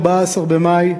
14 במאי,